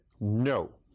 no